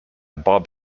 bob